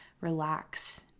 relax